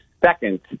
second